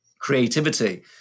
creativity